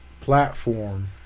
platform